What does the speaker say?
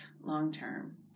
long-term